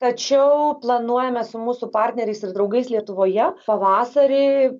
tačiau planuojame su mūsų partneriais ir draugais lietuvoje pavasarį